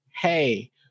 hey